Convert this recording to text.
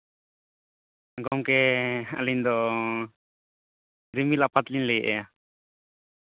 ᱜᱚᱝᱠᱮ ᱟᱹᱞᱤᱧ ᱫᱚ ᱨᱤᱢᱤᱞ ᱟᱛᱟᱛ ᱞᱤᱧ ᱞᱟᱹᱭ ᱮᱫᱼᱟ